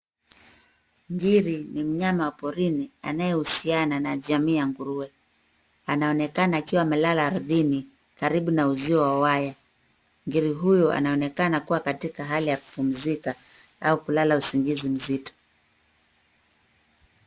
Ngiri ni mnyama wa porini, anayehusiana na jamii ya nguruwe, anaonekana akiwa amelala ardhini, karibu na uzio wa waya. Ngiri huyu, anaonekana kuwa katika hali ya kupumzika, au kulala usingizi mzito.